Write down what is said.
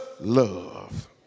love